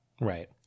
Right